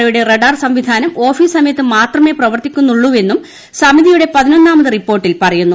O യുടെ radar സംവിധാനം office സമയത്ത് മാത്രമേ പ്രവർത്തിക്കുന്നുള്ളൂവെന്നും സമിതിയുടെ പതിനൊന്നാമത് റിപ്പോർട്ടിൽ പറയുന്നു